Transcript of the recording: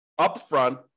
upfront